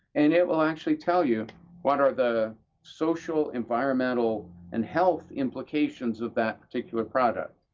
and it will actually tell you what are the social, environmental and health implications of that particular product.